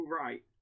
Right